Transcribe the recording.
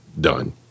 done